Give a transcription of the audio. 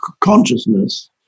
consciousness